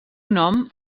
nom